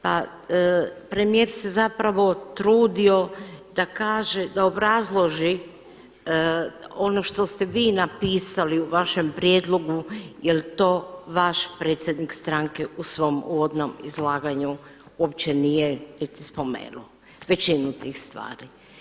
Pa premijer se zapravo trudio da kaže, da obrazloži ono što ste vi napisali u vašem prijedlogu je li to vaš predsjednik stranke u svom uvodnom izlaganju uopće nije niti spomenuo, većinu tih stvari.